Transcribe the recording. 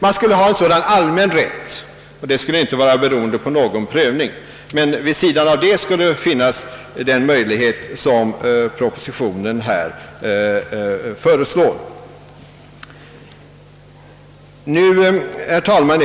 Man skulle alltså ha en allmän rätt, som inte är beroende av någon prövning, men vid sidan därav skulle den möjlighet finnas som föreslås i propositionen.